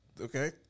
Okay